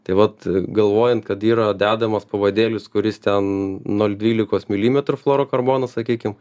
tai vat galvojant kad yra dedamas pavadėlis kuris ten nol dvylikos milimetrų fluorokarbono sakykim